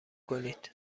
کنید